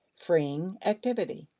freeing activity.